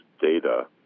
data